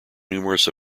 numerous